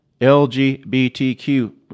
LGBTQ